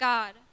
God